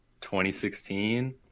2016